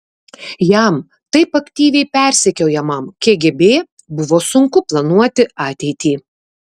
jam taip aktyviai persekiojamam kgb buvo sunku planuoti ateitį